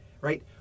right